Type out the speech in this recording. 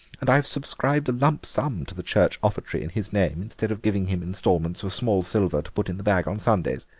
and i've subscribed a lump sum to the church offertory in his name instead of giving him instalments of small silver to put in the bag on sundays.